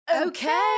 Okay